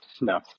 no